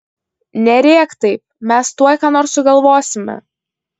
nerėk taip mes tuoj ką nors sugalvosime